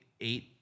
eight